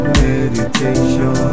meditation